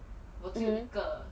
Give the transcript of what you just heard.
mmhmm